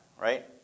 right